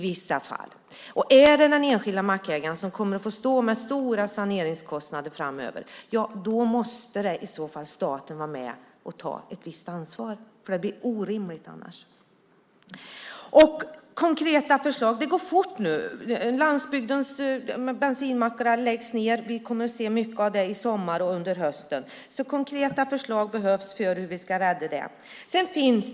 Om det är den enskilda mackägaren som kommer att få stå med stora saneringskostnader framöver måste staten vara med och ta ett visst ansvar, annars blir det orimligt. Det går fort nu. Bensinmackarna på landsbygden läggs ned nu. Vi kommer att få se mycket av det i sommar och under hösten. Konkreta förslag på hur vi ska rädda dem behövs.